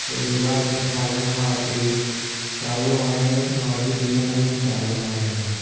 जो गुजरात में सालनि खां वठी चालू आहिनि ऐं अॼु ॾींहुं ताईं बि चालू आहिनि